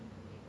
!wah!